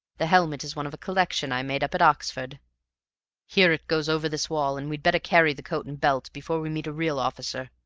the helmet is one of a collection i made up at oxford here it goes over this wall, and we'd better carry the coat and belt before we meet a real officer.